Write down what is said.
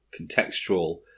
contextual